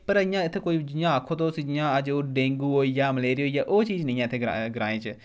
पर इ'यां इत्थें कोई जियां आक्खो तुस जियां अज्ज ओह् डेंगू होई गेआ मलेरिया होई गेआ ओह् चीज़ नी ऐ इत्थै ग्राएं ग्राएं च